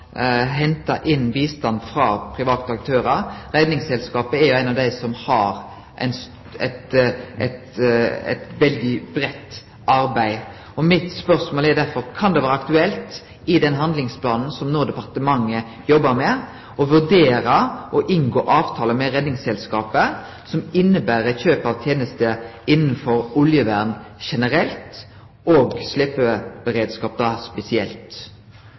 inn bistand frå private aktørar. Redningsselskapet er ein av dei som arbeider veldig breitt. Mitt spørsmål er derfor: Kan det vere aktuelt i den handlingsplanen som departementet no arbeider med, å vurdere å inngå ein avtale med Redningsselskapet som inneber kjøp av tenester innanfor oljevern generelt og